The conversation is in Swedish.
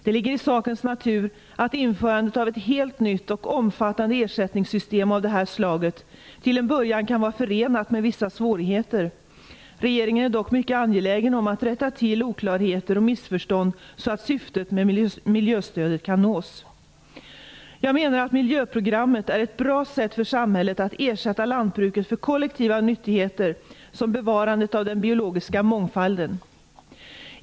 Det ligger i sakens natur att införandet av ett helt nytt och omfattande ersättningssystem av det här slaget till en början kan vara förenat med vissa svårigheter. Regeringen är dock mycket angelägen om att rätta till oklarheter och missförstånd så att syftet med miljöstödet kan nås. Jag menar att miljöprogrammet är ett bra sätt för samhället att ersätta lantbruket för kollektiva nyttigheter, som bevarandet av den biologiska mångfalden.